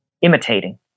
imitating